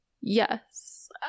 Yes